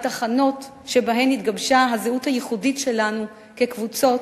התחנות שבהן התגבשה הזהות הייחודית שלנו כקבוצות,